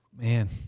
Man